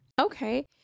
Okay